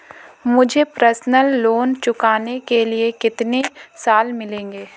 मुझे personal loan चुकाने के लिए कितने साल मिलेंगे?